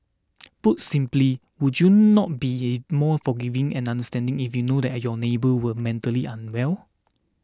put simply would you not be more forgiving and understanding if you knew that your neighbour was mentally unwell